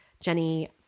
Jenny